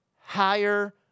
higher